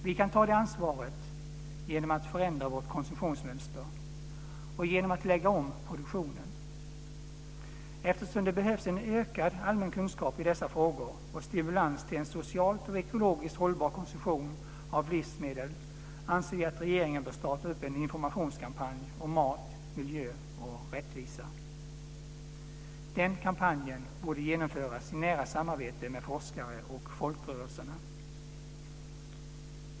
Vi kan ta det ansvaret genom att förändra vårt konsumtionsmönster och genom att lägga om produktionen. Eftersom det behövs en ökad allmän kunskap i dessa frågor och stimulans till en socialt och ekologiskt hållbar konsumtion av livsmedel anser vi att regeringen bör starta en informationskampanj om mat, miljö och rättvisa. Den kampanjen borde genomföras i nära samarbete med forskare och folkrörelserna.